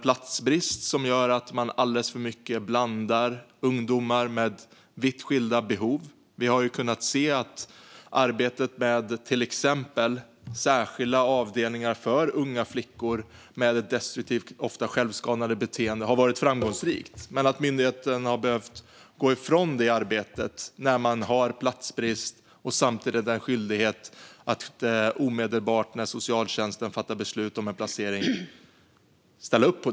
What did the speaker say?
Platsbristen gör att ungdomar med vitt skilda behov blandas i alldeles för hög grad. Vi har sett att till exempel arbetet med särskilda avdelningar för unga flickor med ett destruktivt och ofta självskadande beteende har varit framgångsrikt. Men myndigheten har behövt gå ifrån detta arbete när det funnits platsbrist och man samtidigt har en skyldighet att omedelbart ställa upp när socialtjänsten fattat beslut om en placering.